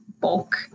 bulk